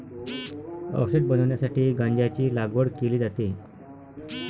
औषध बनवण्यासाठी गांजाची लागवड केली जाते